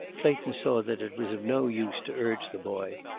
clayton saw that it was of no use to urge the boy.